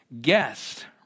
guest